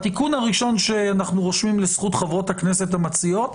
התיקון הראשון שאנחנו רושמים לזכות חברות הכנסת המציעות,